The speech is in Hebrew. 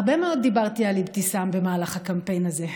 הרבה מאוד דיברתי על אבתיסאם במהלך הקמפיין הזה.